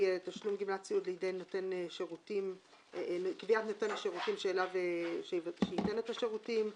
תשלום גמלת סיעוד לידי קביעת נותן השירותים שייתן את השירותים.